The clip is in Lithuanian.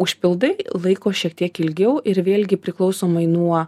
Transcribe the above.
užpildai laiko šiek tiek ilgiau ir vėlgi priklausomai nuo